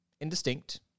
Indistinct